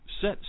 Set